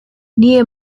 near